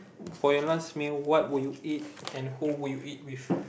for your last meal what would you eat and who would you eat with